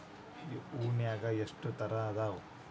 ಹೂನ್ಯಾಗ ಎಷ್ಟ ತರಾ ಅದಾವ್?